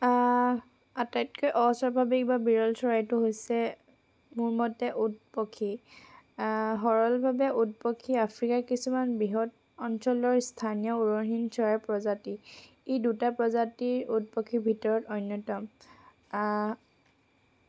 আটাইতকৈ অস্বৰভাৱিক বা বিৰল চৰাইটো হৈছে মোৰ মতে উট পক্ষী সৰলভাৱে উট পক্ষী আফ্ৰিকাৰ কিছুমান বৃহৎ অঞ্চলৰ স্থানীয় উৰহীন চৰাই প্ৰজাতি ই দুটা প্ৰজাতিৰ উট পক্ষীৰ ভিতৰত অন্যতম